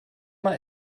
mal